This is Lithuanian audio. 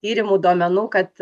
tyrimų duomenų kad